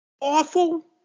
awful